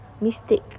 mistake